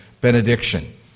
benediction